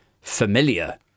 familiar